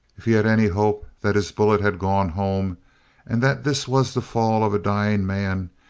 if he had any hope that his bullet had gone home and that this was the fall of a dying man,